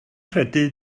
credu